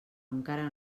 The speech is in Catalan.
encara